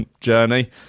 journey